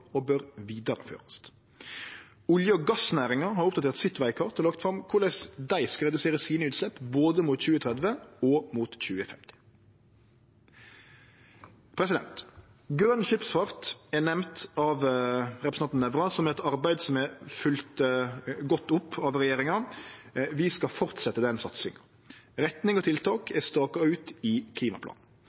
og bør vidareførast. Olje- og gassnæringa har oppdatert sitt vegkart og lagt fram korleis dei skal redusere sine utslepp, både mot 2030 og mot 2050. Grøn skipsfart er nemnd av representanten Nævra som eit arbeid som er følgt godt opp av regjeringa, og vi skal fortsetje den satsinga. Retning og tiltak er staka ut i klimaplanen.